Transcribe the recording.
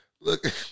look